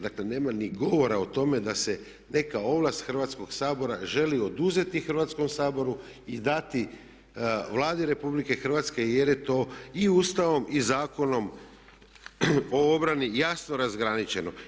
Dakle nema ni govora o tome da se neka ovlast Hrvatskog sabora želi oduzeti Hrvatskom saboru i dati Vladi RH jer je to i Ustavom i Zakonom o obrani jasno razgraničeno.